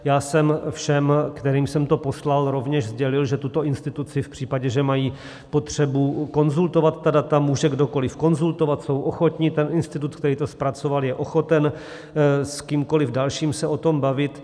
Já jsem všem, kterým jsem to poslal, rovněž sdělil, že tuto instituci v případě, že mají potřebu konzultovat ta data, může kdokoli konzultovat, jsou ochotni, ten institut, který to zpracoval, je ochoten s kýmkoli dalším se o tom bavit.